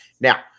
Now